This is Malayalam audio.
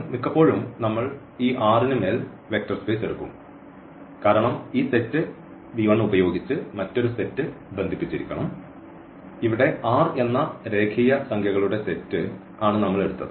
മിക്കപ്പോഴും നമ്മൾ ഈ R ന് മേൽ വെക്റ്റർ സ്പേസ് എടുക്കും കാരണം ഈ സെറ്റ് V1 ഉപയോഗിച്ച് മറ്റൊരു സെറ്റ് ബന്ധിപ്പിച്ചിരിക്കണം ഇവിടെ R എന്ന രേഖീയ സംഖ്യകളുടെ സെറ്റ് ആണ് നമ്മൾ എടുത്തത്